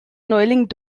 neuling